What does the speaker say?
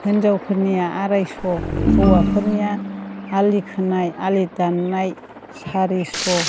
हिन्जावफोरनिया आरायस' हौवाफोरनिया आलि खोनाय आलि दाननाय सारिस'